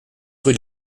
rue